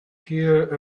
hear